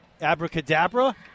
abracadabra